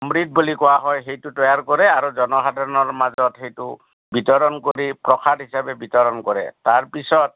অমৃত বুলি কোৱা হয় সেইটো তৈয়াৰ কৰে আৰু জনসাধাৰণৰ মাজত সেইটো বিতৰণ কৰি প্ৰসাদ হিচাপে বিতৰণ কৰে তাৰপিছত